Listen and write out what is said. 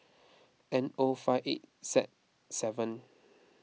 N O five eight Z seven